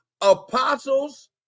apostles